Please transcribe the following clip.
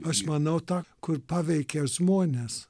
aš manau ta kur paveikia žmones